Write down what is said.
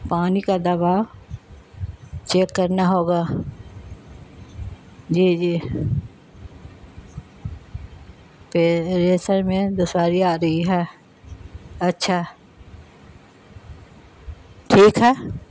پانی کا دوا چیک کرنا ہوگا جی جی پریشر میں دشواری آ رہی ہے اچھا ٹھیک ہے